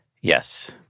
Yes